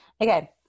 Okay